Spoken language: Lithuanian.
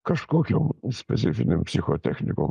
kažkokiom specifinėm psichotechnikom